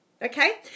Okay